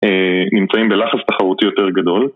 נמצאים בלחץ תחרותי יותר גדול